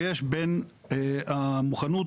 אנחנו נוריד אותו אחר כך גם לאיזושהי תוכנית